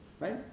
Right